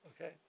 Okay